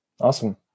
Awesome